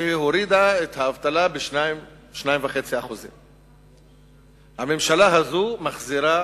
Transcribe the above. שהורידה את האבטלה ב-2% 2.5%. הממשלה הזאת מחזירה